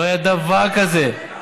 לא היה דבר כזה.